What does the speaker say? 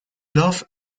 love